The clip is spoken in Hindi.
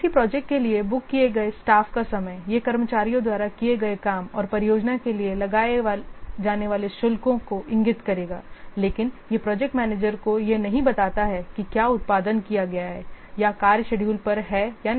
किसी प्रोजेक्ट के लिए बुक किए गए स्टाफ का समय यह कर्मचारियों द्वारा किए गए काम और परियोजना के लिए लगाए जाने वाले शुल्कों को इंगित करेगा लेकिन यह प्रोजेक्ट मैनेजर को यह नहीं बताता है कि क्या उत्पादन किया गया है या कार्य शेड्यूल पर है या नहीं